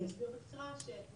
עולה באופן ברור שלא